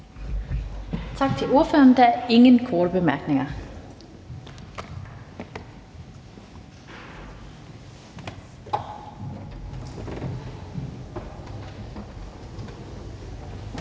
Tak til ordføreren. Der er ingen korte bemærkninger.